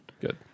Good